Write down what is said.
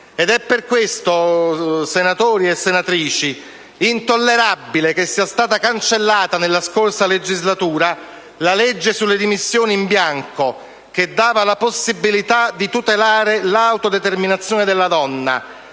onorevoli senatori e senatrici, è intollerabile che sia stata cancellata nella scorsa legislatura la legge sulle dimissioni in bianco che dava la possibilità di tutelare l'autodeterminazione della donna,